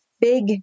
big